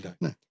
No